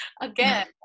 again